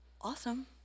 Awesome